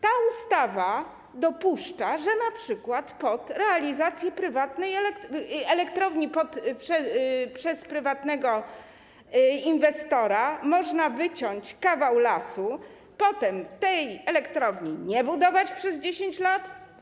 Ta ustawa dopuszcza sytuację, w której pod realizację prywatnej elektrowni budowanej przez prywatnego inwestora można wyciąć kawał lasu, potem tej elektrowni nie zbudować przez 10 lat.